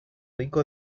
rico